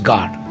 God